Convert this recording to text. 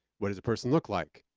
what does a person look like?